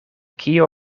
kio